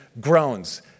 groans